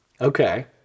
Okay